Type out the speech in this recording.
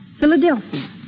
Philadelphia